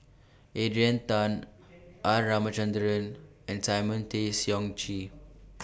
Adrian Tan R Ramachandran and Simon Tay Seong Chee